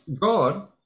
god